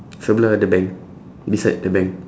sebelah the bank beside the bank